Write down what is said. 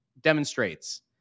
demonstrates